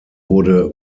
wurde